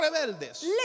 rebeldes